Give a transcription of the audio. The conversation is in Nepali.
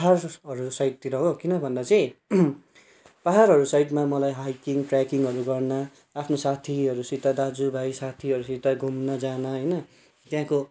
पाहाडहरू साइडतिर हो किनभन्दा चाहिँ पाहाडहरू साइडमा मलाई हाइकिङ ट्र्याकिङहरू गर्न आफ्नो साथीहरूसित दाजुभाइ साथीहरूसित घुम्न जान होइन त्यहाँको